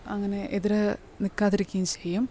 അങ്ങനെ എതിരെ നിൽക്കാതിരിക്കുകയും ചെയ്യും